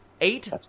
eight